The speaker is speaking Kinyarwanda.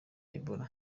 ebola